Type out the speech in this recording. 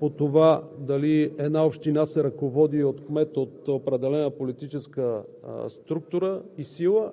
по това дали една община се ръководи от кмет от определена политическа структура и сила,